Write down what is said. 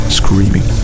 screaming